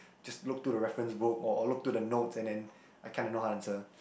just look through the reference book or or look through the notes and then I kinda know how to answer